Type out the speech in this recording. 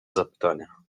zapytania